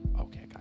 Okay